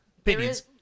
opinions